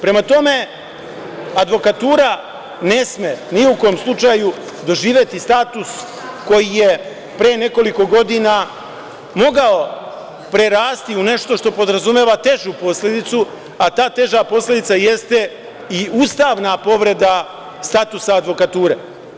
Prema tome, advokatura ne sme ni u kom slučaju doživeti status koji je pre nekoliko godina mogao prerasti u nešto, što podrazumeva težu posledicu, a ta teža posledica jeste i ustavna povreda statusa advokature.